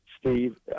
Steve